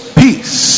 peace